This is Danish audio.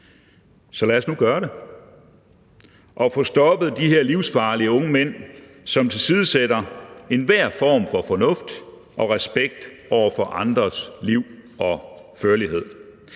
Så lad os nu gøre det. Lad os få stoppet de her livsfarlige unge mænd, som tilsidesætter enhver form for fornuft og respekt over for andres liv og førlighed.